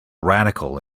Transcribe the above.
radical